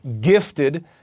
gifted